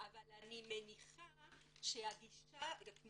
אבל אני מניחה שהגישה היא לא